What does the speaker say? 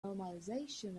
normalization